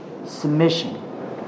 Submission